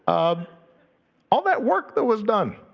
um all that work that was done.